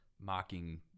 mocking